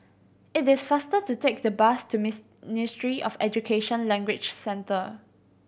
it is faster to take the bus to of Education Language Centre